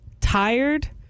Tired